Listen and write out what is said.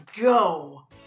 go